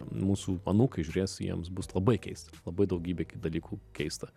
mūsų anūkai žiūrės jiems bus labai keista labai daugybė ki dalykų keista